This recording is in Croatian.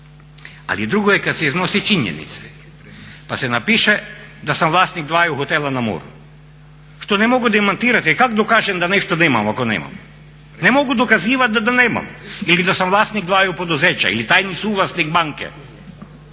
Ali drugo je kad se iznose činjenice, pa se napiše da sam vlasnik dvaju hotela na moru što ne mogu demantirati, jer kak dokažem da nešto nemam ako nema. Ne mogu dokazivati da nemam ili da sam vlasnik dvaju poduzeća ili tajni suvlasnik banke.